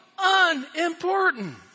unimportant